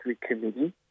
committee